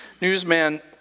newsman